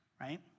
right